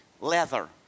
leather